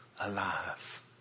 alive